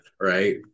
right